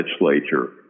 legislature